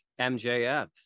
MJF